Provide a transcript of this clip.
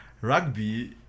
Rugby